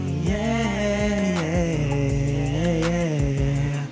yeah yeah yeah